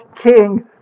king